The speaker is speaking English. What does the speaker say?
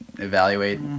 evaluate